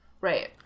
Right